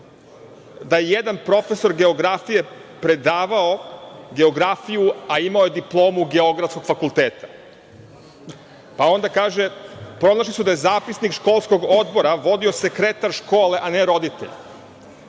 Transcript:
da je jedan profesor geografije predavao geografiju, a imao je diplomu geografskog fakulteta. Onda kaže, pronašli su da je zapisnik školskog odbora vodio sekretar škole, a ne roditelj,